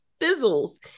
fizzles